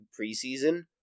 preseason